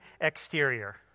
exterior